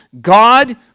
God